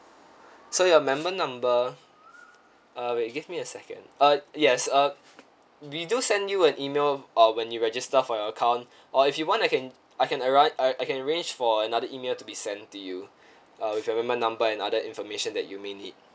so your member number uh wait give me a second uh yes uh we do send you an email uh when you register for your account or if you want I can I can arrive I can arrange for another email to be sent to you uh with your member number and other information that you may need